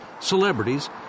celebrities